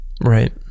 right